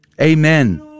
Amen